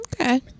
Okay